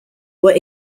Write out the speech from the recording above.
were